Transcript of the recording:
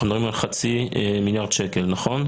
אנחנו מדברים על חצי מיליארד שקל, נכון?